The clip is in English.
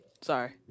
Sorry